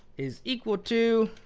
is equal to